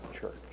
church